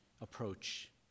approach